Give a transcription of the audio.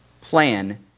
plan